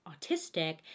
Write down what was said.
autistic